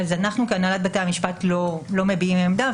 אנחנו כהנהלת בתי המשפט לא מביעים עמדה,